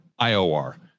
IOR